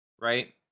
Right